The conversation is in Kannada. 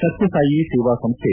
ಸತ್ನಸಾಯಿ ಸೇವಾ ಸಂಸ್ಟೆ